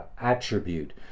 attribute